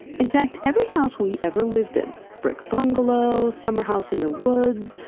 in fact, every house we ever lived in, brick bungalows, summer house in the woods,